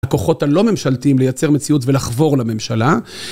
הכוחות הלא ממשלתיים לייצר מציאות ולחבור לממשלה